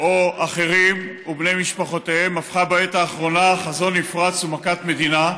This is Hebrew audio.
או אחרים ובני משפחותיהם הפכה בעת האחרונה חזון נפרץ ומכת מדינה.